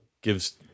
gives –